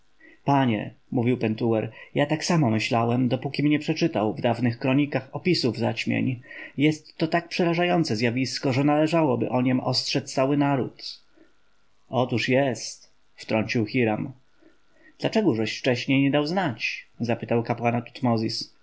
panie mówił pentuer ja tak samo myślałem dopókim nie przeczytał w dawnych kronikach opisów zaćmień jest to tak przerażające zjawisko że należałoby o niem ostrzec cały naród otóż jest wtrącił hiram dlaczegóżeś wcześniej nie dał znać zapytał kapłana